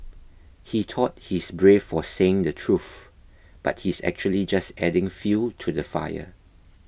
he thought he's brave for saying the truth but he's actually just adding fuel to the fire